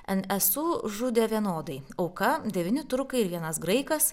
n s u žudė vienodai auka devyni turkai ir vienas graikas